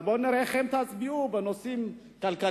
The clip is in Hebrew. אבל בוא נראה איך אתם תצביעו בנושאים כלכליים-חברתיים.